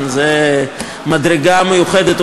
זו מדרגה מיוחדת,